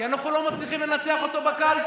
כי אנחנו לא מצליחים לנצח אותו בקלפי.